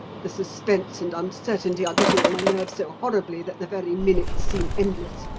the suspense and uncertainty are getting on my nerves so horribly that the very minutes seem endless.